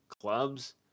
clubs